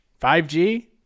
5g